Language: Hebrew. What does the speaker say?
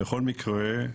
בכל מקרה,